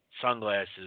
sunglasses